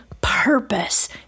purpose